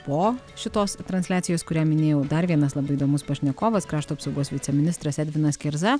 po šitos transliacijos kurią minėjau dar vienas labai įdomus pašnekovas krašto apsaugos viceministras edvinas kerza